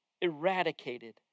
eradicated